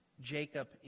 Jacob